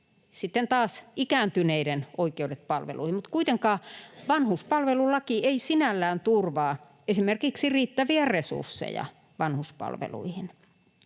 sitten taas ikääntyneiden oikeudet palveluihin. Mutta kuitenkaan vanhuspalvelulaki ei sinällään turvaa esimerkiksi riittäviä resursseja vanhuspalveluihin,